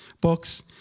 books